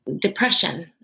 depression